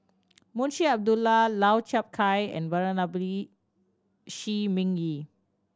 Munshi Abdullah Lau Chiap Khai and Venerable Shi Ming Yi